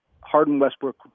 Harden-Westbrook